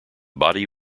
body